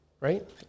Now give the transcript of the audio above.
right